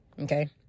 okay